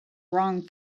wrong